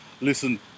Listen